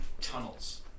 tunnels